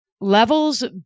levels